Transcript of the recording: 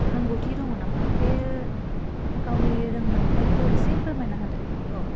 रोंगौथि दङ नामा बे गावनि रोंमोनथाइखौ एसे फोरमायनानै होदो